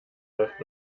läuft